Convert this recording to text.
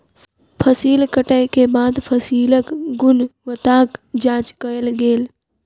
फसिल कटै के बाद फसिलक गुणवत्ताक जांच कयल गेल